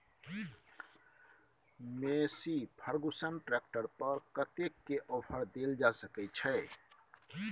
Massey Ferguson tractor पर कतेक के ऑफर देल जा सकै छै?